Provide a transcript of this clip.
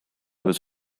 was